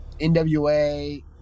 NWA